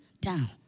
down